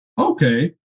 Okay